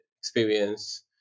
experience